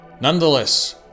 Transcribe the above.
Nonetheless